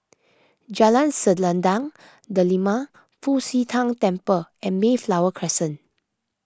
Jalan Selendang Delima Fu Xi Tang Temple and Mayflower Crescent